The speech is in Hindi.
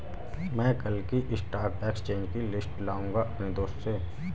मै कल की स्टॉक एक्सचेंज की लिस्ट लाऊंगा अपने दोस्त से